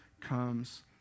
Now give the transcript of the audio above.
comes